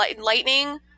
Lightning